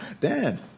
Dan